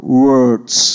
words